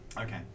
Okay